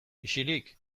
isilik